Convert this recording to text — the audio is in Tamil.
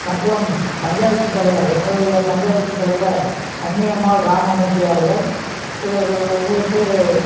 மற்றும் பஞ்சாயத்து தலைவர் எங்களுடைய பஞ்சாயத்து தலைவர் கன்னியம்மாள் ராமமூர்த்தி அவர்கள் இவர்கள் வந்துட்டு